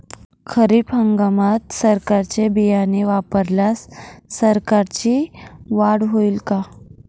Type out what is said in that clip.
खरीप हंगामात सरकीचे बियाणे वापरल्यास सरकीची वाढ होईल का?